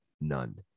none